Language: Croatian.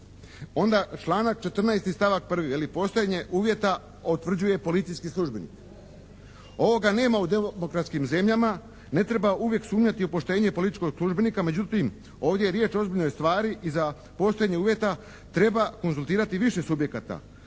Onda članak 14., stavak 1. Veli: Postojanje uvjeta utvrđuje policijski službenik. Ovoga nema u demokratskim zemljama. Ne treba uvijek sumnjati u poštenje policijskog službenika međutim ovdje je riječ o ozbiljnoj stvari i za postojanje uvjeta treba konzultirati više subjekata.